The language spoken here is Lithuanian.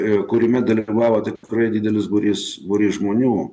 ir kūrime dalyvavo tikrai didelis būrys būrys žmonių